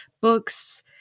books